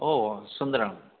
ओ सुन्दरं